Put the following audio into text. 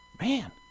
man